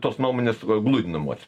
tos nuomonės gludinamos